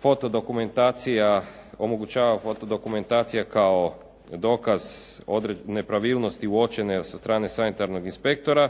foto dokumentacija omogućava foto dokumentacija kao dokaz nepravilnosti uočene sa strane sanitarnog inspektora.